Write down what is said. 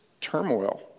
turmoil